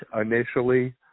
initially